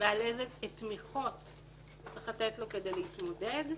ואיזה תמיכות צריך לתת לו כדי להתמודד.